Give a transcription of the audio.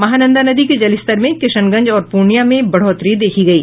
महानंदा नदी के जलस्तर में किशनगंज और पूर्णिया में बढ़ोतरी देखी गयी